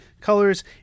colors